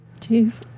Jeez